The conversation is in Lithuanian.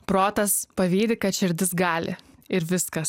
protas pavydi kad širdis gali ir viskas